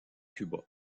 cuba